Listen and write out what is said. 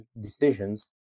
decisions